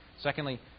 secondly